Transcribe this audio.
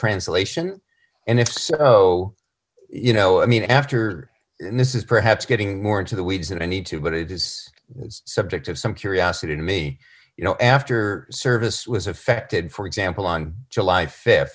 translation and if so you know i mean after this is perhaps getting more into the weeds and i need to but it is a subject of some curiosity to me you know after service was affected for example on july